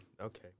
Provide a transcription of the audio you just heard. Okay